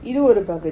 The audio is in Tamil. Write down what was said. இது ஒரு பகுதி